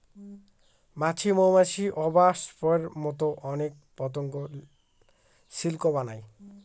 মাছি, মৌমাছি, ওবাস্পের মতো অনেক পতঙ্গ সিল্ক বানায়